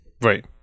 right